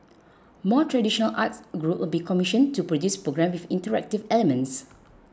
more traditional arts groups will be commissioned to produce programmes with interactive elements